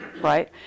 right